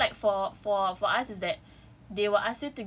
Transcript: no no no okay so so like for for for us is that